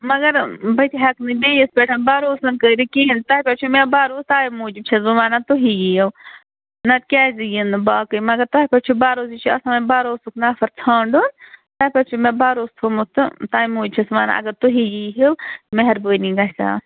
مگر بہٕ تہِ ہٮ۪کہٕ نہٕ بیٚیِس پٮ۪ٹھ بَروسَن نہٕ کٔرِتھ کِہیٖنۍ تۄہہِ پٮ۪ٹھ چھُو مےٚ بَروس تَمہِ موٗجوٗب چھَس بہٕ وَنان تُہی یِیو نَتہٕ کیٛازِ یِنۍ نہٕ باقٕے مگر تۄہہِ پٮ۪ٹھ چھُ بَروس یہِ چھُ آسان بَروسُک نَفر ژھانٛڈُن تُہۍ پٮ۪ٹھ چھُ مےٚ بَروس تھوٚمُت تہٕ تَمہِ موٗج چھَس وَنان اگر تُہی یی ہِیو مہربٲنی گژھِ ہا